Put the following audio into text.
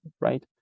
right